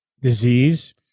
disease